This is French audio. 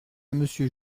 monsieur